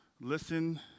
listen